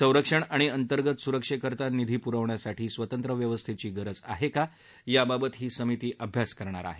संरक्षण आणि अंतर्गत सुरक्षेकरता निधी पुरवण्यासाठी स्वतंत्र व्यवस्थेची गरज आहे का याबाबत ही समिती अभ्यास करणार आहे